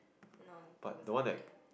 non post